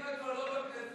קדימה כבר לא בכנסת.